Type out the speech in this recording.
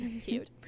cute